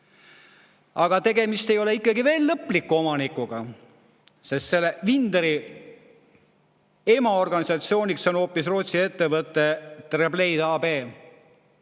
Aga tegemist ei ole ikkagi veel lõpliku omanikuga, sest Vindri emaorganisatsioon on hoopis Rootsi ettevõte Treblade AB.